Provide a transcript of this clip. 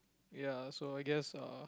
ya so I guess uh